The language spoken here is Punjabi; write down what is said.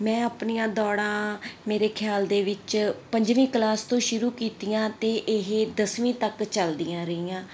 ਮੈਂ ਆਪਣੀਆਂ ਦੌੜਾਂ ਮੇਰੇ ਖਿਆਲ ਦੇ ਵਿੱਚ ਪੰਜਵੀਂ ਕਲਾਸ ਤੋਂ ਸ਼ੁਰੂ ਕੀਤੀਆਂ ਅਤੇ ਇਹ ਦਸਵੀਂ ਤੱਕ ਚੱਲਦੀਆਂ ਰਹੀਆਂ